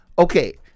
Okay